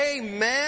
amen